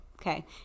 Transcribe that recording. Okay